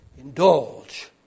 indulge